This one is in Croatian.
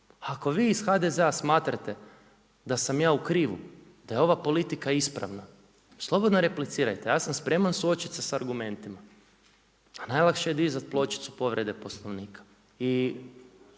Ako vi iz HDZ-a smatrate da sam ja u krivu, da je ova politika ispravna slobodno replicirajte, ja sam spreman suočiti se s argumentima. A najlakše je dizat pločicu povrede Poslovnika